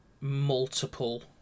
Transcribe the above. multiple